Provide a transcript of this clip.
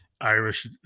Irish